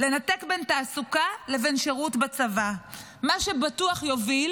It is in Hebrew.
לנתק בין תעסוקה לבין שירות בצבא, מה שבטוח יוביל